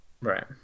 Right